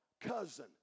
cousin